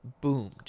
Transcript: boomed